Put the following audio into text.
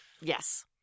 Yes